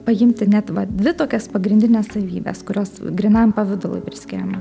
paimti net dvi tokias pagrindines savybes kurios grynam pavidalui priskiriama